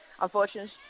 Unfortunately